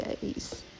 days